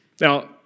Now